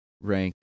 rank